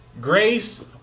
grace